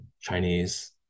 Chinese